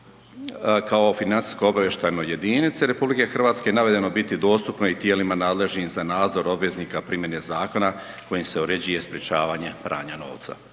kao financijskoj obavještajnoj jedinici RH navedeno biti dostupno i tijelima nadležnim za nadzor obveznika primjene zakona kojim se uređuje sprječavanje pranja novca.